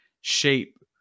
shape